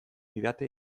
didate